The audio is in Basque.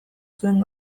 zuen